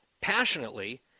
passionately